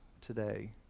today